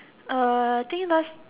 uh I think last